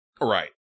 Right